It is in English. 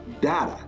data